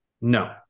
No